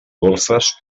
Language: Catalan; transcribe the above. golfes